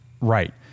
Right